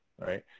right